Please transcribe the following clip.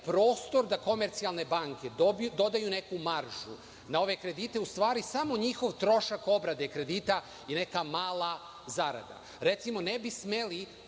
prostor da komercijalne banke dodaju neku maržu na ove kredite u stvari samo njihov trošak obrade kredita i neka mala zarada. Recimo, ne bi smeli